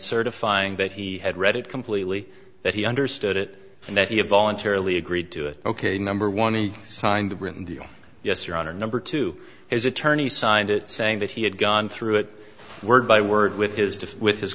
certifying that he had read it completely that he understood it and that he had voluntarily agreed to it ok number one he signed a written yes your honor number two his attorney signed it saying that he had gone through it word by word with his to with his